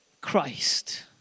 Christ